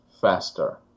faster